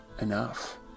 enough